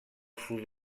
sud